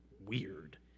weird